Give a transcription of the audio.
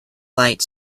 light